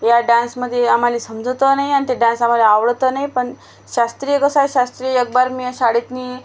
या डान्समध्ये आम्हाला समजत नाही आणि ते डान्स आम्हाला आवडत नाही पण शास्त्रीय कसं आहे शास्त्रीय एकबार मी या शाळेतून